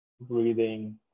breathing